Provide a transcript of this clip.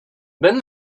then